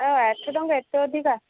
ଓ ଆଠ ଟଙ୍କା ଏତେ ଅଧିକା